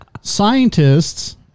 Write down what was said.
scientists